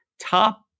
top